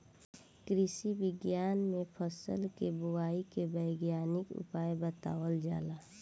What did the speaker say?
कृषि विज्ञान में फसल के बोआई के वैज्ञानिक उपाय बतावल जाला